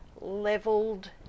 leveled